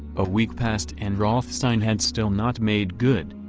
a week passed and rothstein had still not made good.